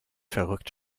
verrückt